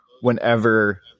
whenever